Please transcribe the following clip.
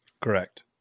Correct